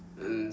uh